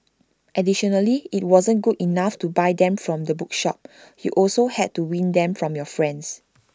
additionally IT wasn't good enough to buy them from the bookshop you also had to win them from your friends